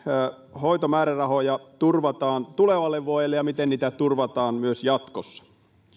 hoitomäärärahoja turvataan tulevalle vuodelle ja miten niitä turvataan myös jatkossa